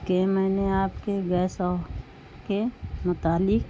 کہ میں نے آپ کے گیس اوہ کے متعلق